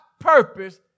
purpose